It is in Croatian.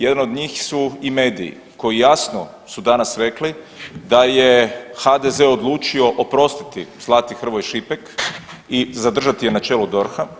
Jedan od njih su i mediji koji jasno su danas rekli da je HDZ odlučio oprostiti Zlati Hrvoj Šipek i zadržati je na čelu DORH-a.